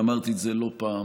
ואמרתי את זה לא פעם,